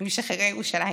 ממשחררי ירושלים,